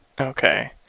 Okay